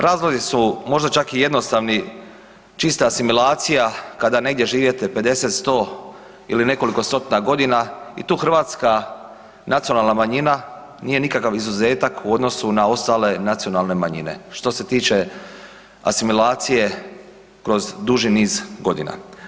Razlozi su možda čak i jednostavni, čista asimilacija kada negdje živite 50, 100 ili nekoliko stotina godina i tu hrvatska nacionalna manjina nije nikakav izuzetak u odnosu na ostale nacionalne manjine, što se tiče asimilacije kroz duži niz godina.